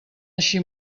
així